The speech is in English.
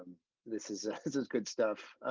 this is a this is good stuff.